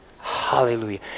Hallelujah